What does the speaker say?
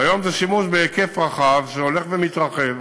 והיום זה שימוש בהיקף רחב שהולך ומתרחב,